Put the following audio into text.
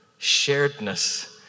sharedness